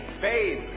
Babe